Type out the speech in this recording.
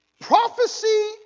prophecy